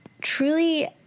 truly